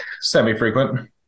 Semi-frequent